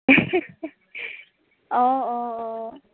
অঁ অঁ অঁ